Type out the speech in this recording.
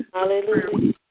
Hallelujah